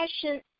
passion